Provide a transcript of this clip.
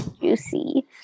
juicy